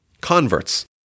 converts